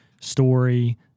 story